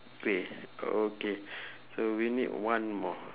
对 okay so we need one more